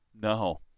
no